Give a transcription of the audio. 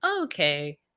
okay